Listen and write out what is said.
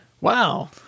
Wow